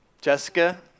Jessica